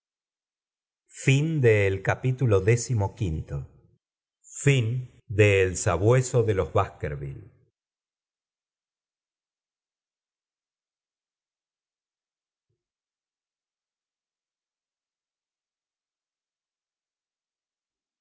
el sabueso de los baskerville